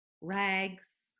Rags